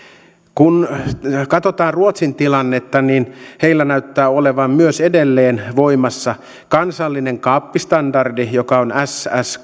kun katsotaan ruotsin tilannetta niin heillä näyttää olevan myös edelleen voimassa kansallinen kaappistandardi joka on ss ss